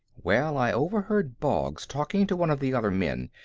well, i overheard boggs talking to one of the other men.